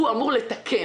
הוא אמור לתקן.